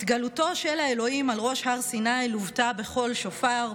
התגלותו של האלוהים על ראש הר סיני לוותה בקול שופר,